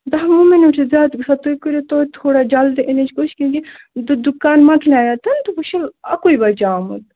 دَہ وُہ منٛٹ چھُ زیادٕ گَژھان تۄہہِ کٔرِو توٚتہِ تھوڑا جلدی یِنٕچ کوٗشش کیوٗنٛکہِ دُ دُکان مۅکلیے اَتٮ۪تھ وۅنۍ چھُ اَکُے بچومُت